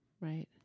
Right